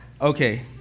Okay